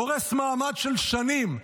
הורס מעמד של שנים,